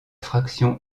fraction